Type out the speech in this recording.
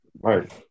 Right